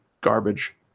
garbage